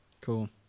Cool